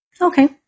Okay